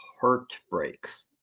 heartbreaks